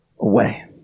away